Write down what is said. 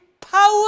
power